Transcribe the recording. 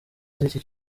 z’iki